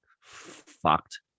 fucked